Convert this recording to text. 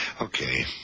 Okay